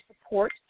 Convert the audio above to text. support